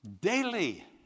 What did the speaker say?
daily